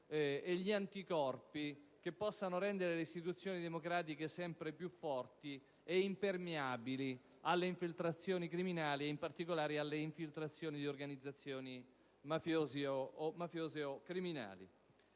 e gli anticorpi che possono rendere le istituzioni democratiche sempre più forti e impermeabili alle infiltrazioni criminali e, in particolare, a quelle proprie di organizzazioni mafiose o criminali.